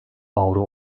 avro